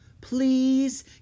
Please